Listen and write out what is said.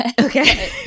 Okay